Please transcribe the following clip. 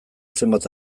zenbait